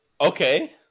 Okay